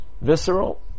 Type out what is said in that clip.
visceral